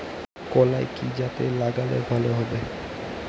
কলাই কি জাতে লাগালে ভালো হবে?